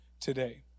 today